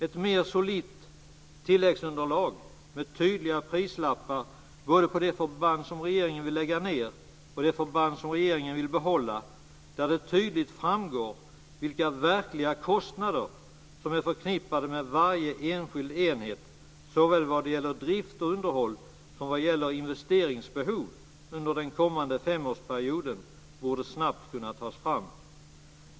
Ett mer solitt tilläggsunderlag med tydliga prislappar både på de förband som regeringen vill lägga ned och på de förband som regeringen vill behålla, där det tydligt framgår vilka verkliga kostnader som är förknippade med varje enskild enhet såväl vad gäller drift och underhåll som vad gäller investeringsbehov under den kommande femårsperioden, borde snabbt kunna tas fram.